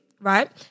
right